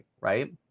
right